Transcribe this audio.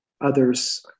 others